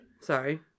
sorry